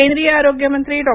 केंद्रीय आरोग्यमंत्री डॉ